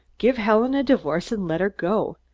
give helen a divorce and let her go!